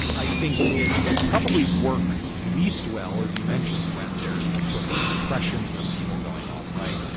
i think it it probably works least well, as you mentioned, when there's sort of impressions of people going on. right.